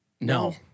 No